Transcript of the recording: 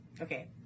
Okay